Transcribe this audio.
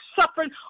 suffering